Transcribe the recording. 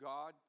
God